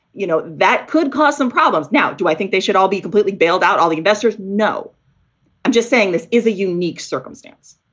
you know, that could cause some problems. now, do i think they should all be completely bailed out, all the investors? no, i'm just saying this is a unique circumstance